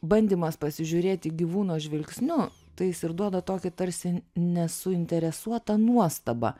bandymas pasižiūrėti gyvūno žvilgsniu tai jis ir duoda tokį tarsi nesuinteresuotą nuostabą